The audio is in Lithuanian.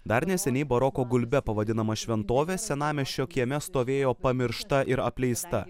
dar neseniai baroko gulbe pavadinama šventovė senamiesčio kieme stovėjo pamiršta ir apleista